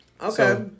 Okay